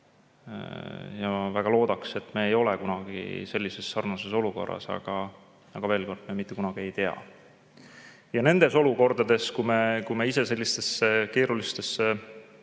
Ja väga loodaks, et me ei ole kunagi sellises sarnases olukorras, aga veel kord: me mitte kunagi ei tea. Ja nendes olukordades, kui me ise sellistesse keerulistesse